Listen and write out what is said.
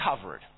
covered